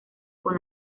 con